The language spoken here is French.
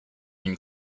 une